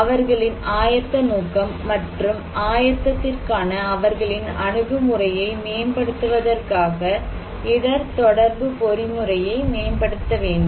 அவர்களின் ஆயத்த நோக்கம் மற்றும் ஆயத்தத்திற்கான அவர்களின் அணுகுமுறையை மேம்படுத்துவதற்காக இடர் தொடர்பு பொறிமுறையை மேம்படுத்த வேண்டும்